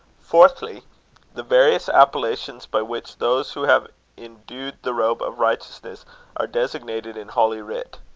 fourthly the various appellations by which those who have indued the robe of righteousness are designated in holy writ.